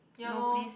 ya lor